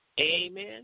Amen